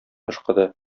ышкыды